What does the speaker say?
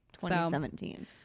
2017